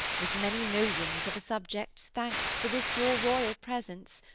with many millions of a subject's thanks for this your royal presence,